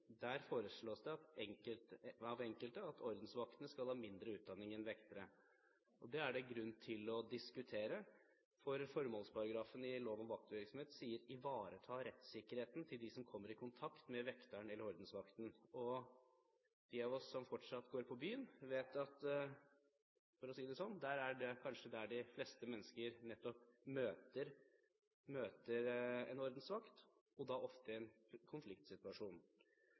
Der foreslås det av enkelte at ordensvaktene skal ha mindre utdanning enn vektere. Det er det grunn til å diskutere, for formålsparagrafen i lov om vaktvirksomhet sier «ivareta rettssikkerheten for dem som kommer i kontakt med vektere» – eller ordensvakten. De av oss som fortsatt går på byen, vet at det kanskje er der – for å si det sånn – de fleste mennesker møter en ordensvakt, og da ofte i en konfliktsituasjon.